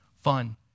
fun